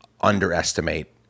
underestimate